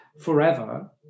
forever